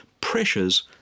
pressures